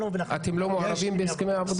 להתערב -- אתם לא מעורבים בהסכמי העבודה?